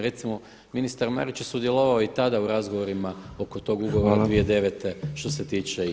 Recimo, ministar Marić je sudjelovao i tada u razgovorima oko tog ugovora 2009. što se tiče INA-e.